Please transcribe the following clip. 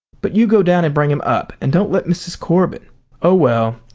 but you go down and bring him up, and don't let mrs. corbin oh, well,